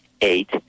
eight